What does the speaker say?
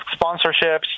sponsorships